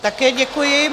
Také děkuji.